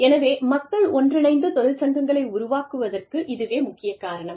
எனவே மக்கள் ஒன்றிணைந்து தொழிற்சங்கங்களை உருவாக்குவதற்கு இதுவே முக்கிய காரணம்